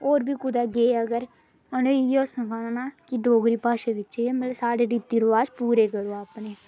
और बी कुतै गे अगर उ'नें गी इ'यै सनाना कि डोगरी भाषा बिच गै मतलब साढे़ रीति रिवाज पूरे करो अपने